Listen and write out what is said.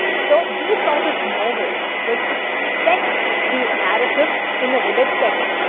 so these sort of novel which set the narrative in a village setting,